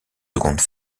seconde